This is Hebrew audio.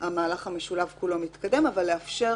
המהלך המשולב כולו מתקדם, אבל לאפשר